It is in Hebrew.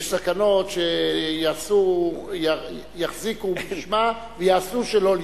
יש סכנות שיחזיקו לשמה ויעשו שלא לשמה.